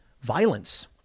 violence